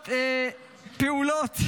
טיפוליות,